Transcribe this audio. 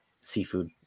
seafood